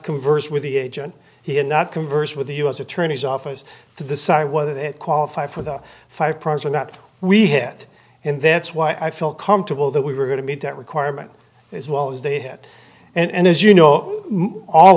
conversed with the agent he had not conversed with the u s attorney's office to decide whether they qualify for the five program that we had and that's why i feel comfortable that we were going to be that requirement as well as they had and as you know all